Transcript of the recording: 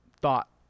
thought